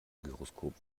gyroskop